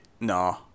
no